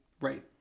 Right